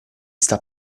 sta